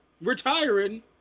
retiring